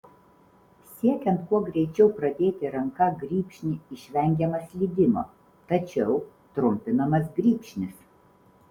siekiant kuo greičiau pradėti ranka grybšnį išvengiama slydimo tačiau trumpinamas grybšnis